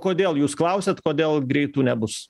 kodėl jūs klausėt kodėl greitų nebus